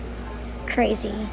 Crazy